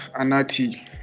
Anati